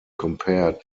compared